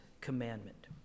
commandment